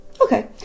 okay